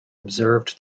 observed